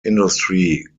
industry